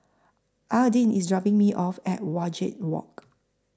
Aydin IS dropping Me off At Wajek Walk